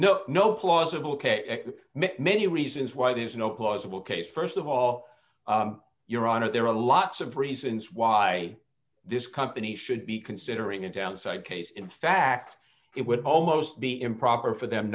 no no plausible ok many reasons why there is no plausible case st of all your honor there are lots of reasons why this company should be considering a downside case in fact it would almost be improper for them